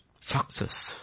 success